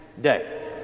day